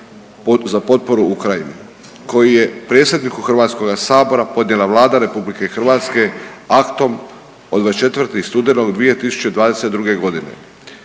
za potporu Ukrajini koji je predsjedniku Hrvatskoga sabora podnijela Vlada RH aktom od 24. studenog 2022. godine.